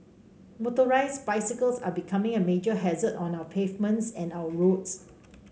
motorised bicycles are becoming a major hazard on our pavements and our roads